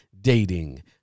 dating